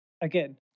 again